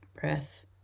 breath